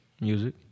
Music